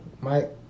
Mike